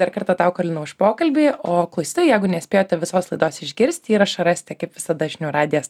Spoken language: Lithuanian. dar kartą tau karolina už pokalbį o klausytojai jeigu nespėjot visos laidos išgirsti įrašą rasite kaip visada žinių radijas